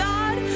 God